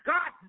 God